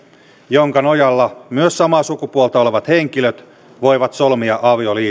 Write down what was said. jonka nojalla myös samaa sukupuolta olevat henkilöt voivat solmia